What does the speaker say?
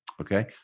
Okay